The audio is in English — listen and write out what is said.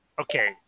okay